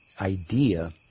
idea